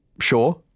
sure